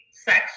sex